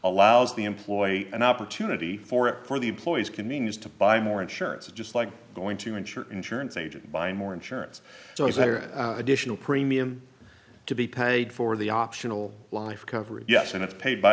allows the employee an opportunity for it for the employees can mean is to buy more insurance just like going to insure insurance agent buying more insurance so is there an additional premium to be paid for the optional life coverage yes and it's paid by